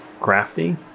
crafty